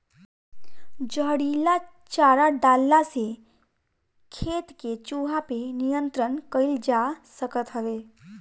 जहरीला चारा डलला से खेत के चूहा पे नियंत्रण कईल जा सकत हवे